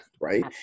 right